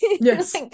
Yes